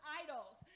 idols